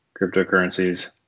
cryptocurrencies